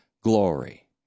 glory